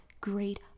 great